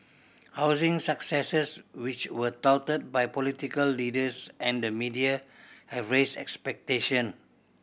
housing successes which were touted by political leaders and the media have raised expectation